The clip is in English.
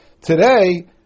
Today